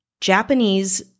Japanese